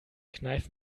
kneif